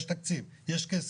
יש תקציב, יש כסף.